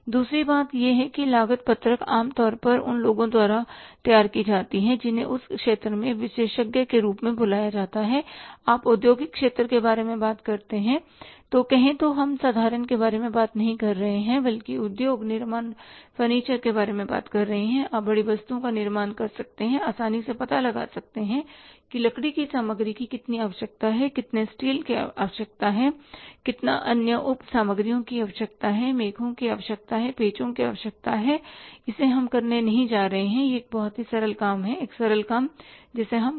दूसरी बात यह है कि लागत पत्रक आम तौर पर उन लोगों द्वारा तैयार की जाती है जिन्हें उस क्षेत्र में विशेषज्ञ के रूप में बुलाया जाता है आप औद्योगिक क्षेत्र के बारे में बात करते हैं कहें तो हम साधारण के बारे में बात नहीं कर रहे हैं बल्कि उद्योग निर्माण फर्नीचर के बारे में बात कर रहे हैं आप बड़ी वस्तुओं का निर्माण कर सकते हैं आसानी से पता लगा सकते हैं कि लकड़ी की सामग्री की कितनी आवश्यकता है कितने स्टील की आवश्यकता है कितना अन्य उप सामग्रियों की आवश्यकता है मेखो की आवश्यकता है पेचो की आवश्यकता है इसे हम करने नहीं जा रहे हैं यह एक बहुत ही सरल काम हैसरल काम जिसे हम कर सकते हैं